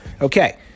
Okay